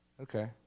okay